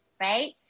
right